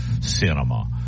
cinema